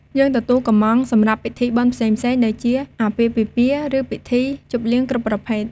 យើងទទួលកម្ម៉ង់សម្រាប់ពិធីបុណ្យផ្សេងៗ ដូចជា អាពាហ៍ពិពាហ៍ ឬពិធីជប់លៀងគ្រប់ប្រភេទ។